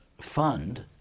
fund